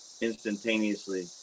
instantaneously